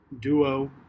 duo